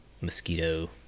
mosquito